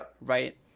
Right